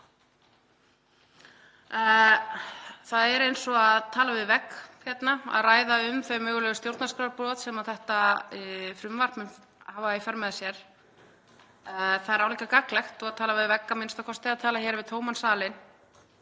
Það er eins og að tala við vegg hérna að ræða um þau mögulegu stjórnarskrárbrot sem þetta frumvarp mun hafa í för með sér. Það er álíka gagnlegt og að tala við vegg a.m.k. að tala við tóman salinn